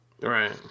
right